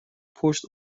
پشت